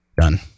done